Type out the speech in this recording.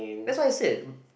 that's what I said